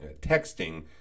texting